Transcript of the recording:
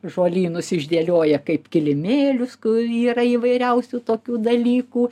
žolynus išdėlioja kaip kilimėlius kur yra įvairiausių tokių dalykų